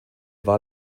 war